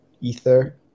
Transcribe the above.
ether